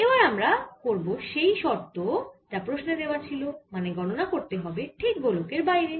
এবার আমরা করব সেই শর্ত যা প্রশ্নে দেওয়া ছিল মানে গণনা করতে হবে ঠিক গোলকের বাইরে